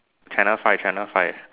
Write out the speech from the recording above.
channel five channel five